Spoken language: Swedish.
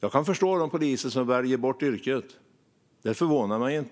Jag kan förstå de poliser som väljer bort yrket. Det förvånar mig inte.